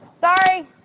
Sorry